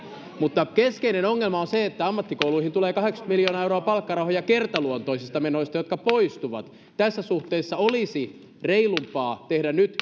mutta keskeinen ongelma on se että ammattikouluihin tulee kahdeksankymmentä miljoonaa euroa palkkarahoja kertaluontoisista menoista jotka poistuvat tässä suhteessa olisi reilumpaa tehdä nyt